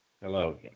Hello